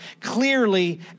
clearly